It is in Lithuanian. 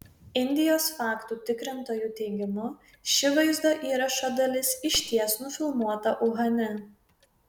indijos faktų tikrintojų teigimu ši vaizdo įrašo dalis išties nufilmuota uhane